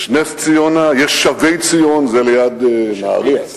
יש נס-ציונה ושבי-ציון, שזה ליד נהרייה.